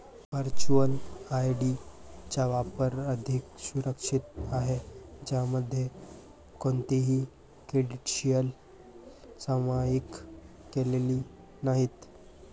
virtual ID चा वापर अधिक सुरक्षित आहे, ज्यामध्ये कोणतीही क्रेडेन्शियल्स सामायिक केलेली नाहीत